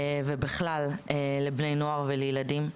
ובכלל, לבני נוער ולילדים.